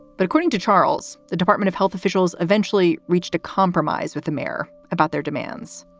but according to charles, the department of health officials eventually reached a compromise with the mayor about their demands